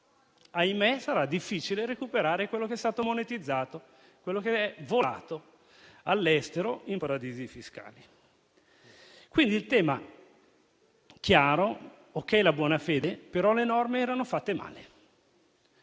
Ahimè, sarà difficile recuperare quello che è stato monetizzato, quello che è volato all'estero in paradisi fiscali. Quindi il tema chiaro è che va bene la buona fede, però le norme erano fatte male.